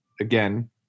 again